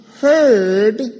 heard